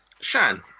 Shan